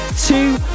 two